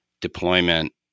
deployment